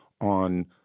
on